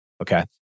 okay